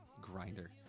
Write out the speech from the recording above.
Grinder